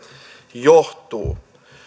johtuu